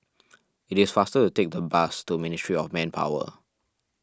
it is faster to take the bus to Ministry of Manpower